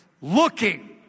Looking